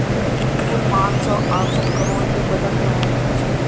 कुल पाँच सौ अड़सठ करोड़ के बजट रहल